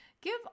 Give